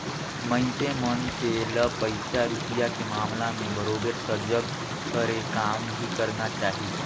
मइनसे मन से ल पइसा रूपिया के मामला में बरोबर सजग हरे काम भी करना चाही